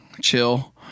Chill